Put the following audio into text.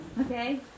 okay